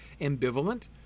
ambivalent